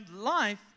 life